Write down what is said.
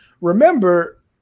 remember